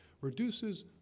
reduces